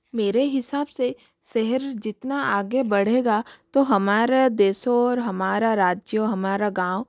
मेरे हिसाब से शहर जितना आगे बढ़ेगा तो हमारा देश और हमारा राज्य और हमारा गाँव